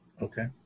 Okay